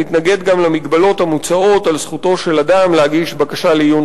מתנגד גם למגבלות המוצעות על זכותו של אדם להגיש בקשה לעיון